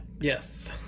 Yes